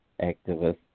activists